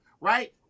right